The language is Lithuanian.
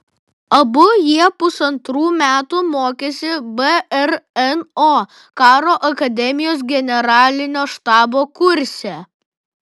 abu jie pusantrų metų mokėsi brno karo akademijos generalinio štabo kurse